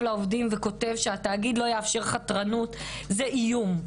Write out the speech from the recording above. לעובדים וכותב שהתאגיד לא יאפשר חתרנות - זה איום.